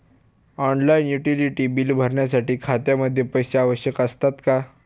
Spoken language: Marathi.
ऑनलाइन युटिलिटी बिले भरण्यासाठी खात्यामध्ये पैसे आवश्यक असतात का?